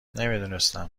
نمیدونستم